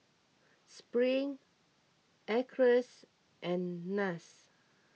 Spring Acres and Nas